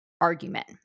argument